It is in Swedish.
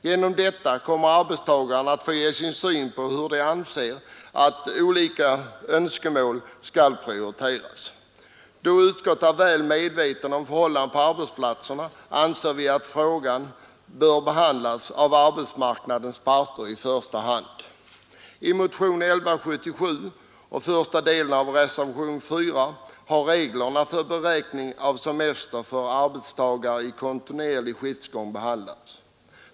Genom detta kommer arbetstagarna att få ge sin syn på hur de anser att olika önskemål skall prioriteras. Då utskottet är väl medvetet om förhållandena på arbetsplatserna, anser vi att frågan bör behandlas av arbetsmarknadens parter i första hand. I motionen 1177 och första delen av reservationen 4 har reglerna för beräkning av semester för arbetstagare i kontinuerlig skiftgång behandlats.